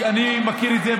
אני מכיר את זה,